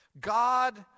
God